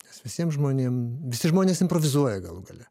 nes visiem žmonėm visi žmonės improvizuoja galų gale